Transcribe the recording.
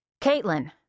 Caitlin